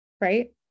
right